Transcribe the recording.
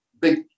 big